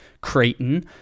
Creighton